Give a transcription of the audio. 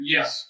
Yes